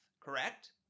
Correct